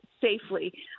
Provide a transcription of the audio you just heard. safely